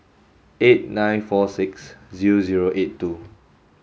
eight nine four six zero zero eight two